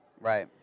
Right